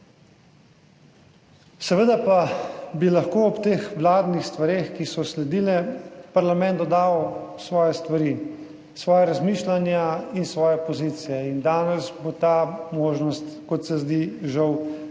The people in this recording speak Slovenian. Seveda pa bi lahko ob teh vladnih stvareh, ki so sledile, parlamentu dal svoje stvari, svoja razmišljanja in svoje pozicije in danes bo ta možnost, kot se zdi, žal